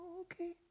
Okay